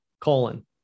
colon